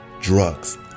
drugs